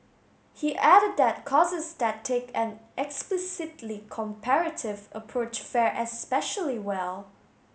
he added that courses that take an explicitly comparative approach fare especially well